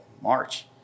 March